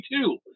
two